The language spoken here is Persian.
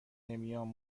نمیام